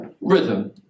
rhythm